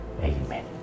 Amen